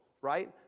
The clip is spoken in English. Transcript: right